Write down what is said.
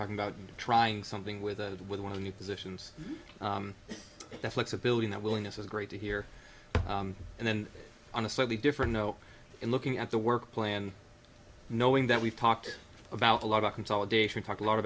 talking about trying something with a with one of the positions that flexibility that willingness is great to hear and then on a slightly different know in looking at the work plan knowing that we've talked about a lot of consolidation talk a lot